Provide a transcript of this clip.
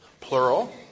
plural